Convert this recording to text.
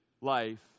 life